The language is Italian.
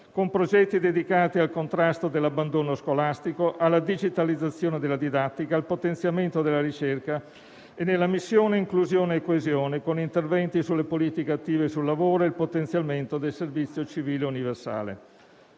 con progetti dedicati al contrasto dell'abbandono scolastico, alla digitalizzazione della didattica, al potenziamento della ricerca; e nella missione inclusione e coesione, con interventi sulle politiche attive e sul lavoro e il potenziamento del servizio civile universale.